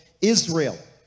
Israel